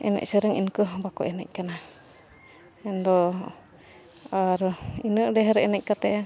ᱮᱱᱮᱡ ᱥᱮᱨᱮᱧ ᱤᱱᱠᱟᱹ ᱦᱚᱸ ᱵᱟᱠᱚ ᱮᱱᱮᱡ ᱠᱟᱱᱟ ᱢᱮᱱᱫᱚ ᱟᱨ ᱤᱱᱟᱹ ᱰᱷᱮᱹᱨ ᱮᱱᱮᱡ ᱠᱟᱛᱮ